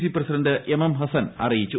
C president M M Hassan അറിയിച്ചു